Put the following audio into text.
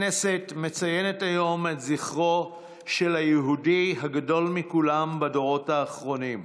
הכנסת מציינת היום את זכרו של היהודי הגדול מכולם בדורות האחרונים,